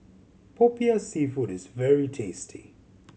Popiah Seafood is very tasty